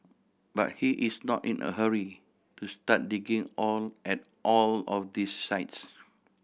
but he is not in a hurry to start digging all at all of these sites